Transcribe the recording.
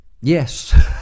Yes